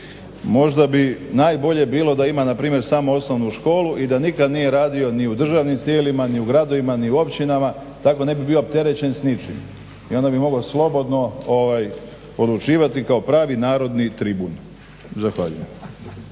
Možda bi najbolje bilo da imam npr. samo osnovnu školu i da nikad nije radio, ni u državnim tijelima, ni u gradovima, ni u općinama tako ne bio opterećen s ničim i onda bi mogao slobodno odlučivati kao pravi narodni tribun.ž Zahvaljujem.